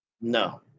No